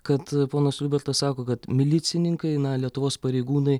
kad ponas liubertas sako kad milicininkai na lietuvos pareigūnai